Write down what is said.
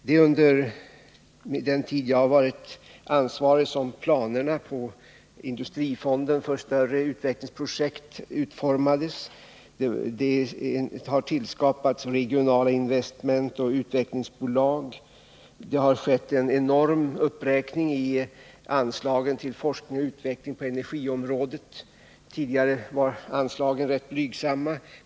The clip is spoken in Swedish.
Det är under den tid jag varit ansvarig som planerna på industrifonden för större utvecklingsprojekt utformades. Det har tillskapats regionala investmentoch utvecklingsbolag, det har skett en enorm uppräkning i anslagen till forskning och utveckling på energiområdet. Tidigare var anslagen rätt blygsamma.